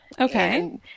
Okay